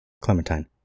Clementine